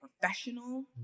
professional